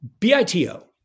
BITO